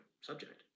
subject